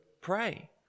pray